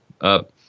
up